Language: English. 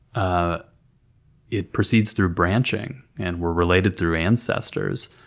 ah it proceeds through branching and we're related through ancestors.